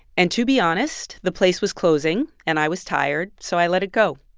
and to be honest, the place was closing, and i was tired. so i let it go.